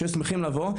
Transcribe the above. שהיו שמחים לבוא.